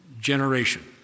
generation